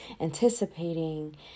anticipating